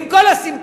עם כל הסימפתיה,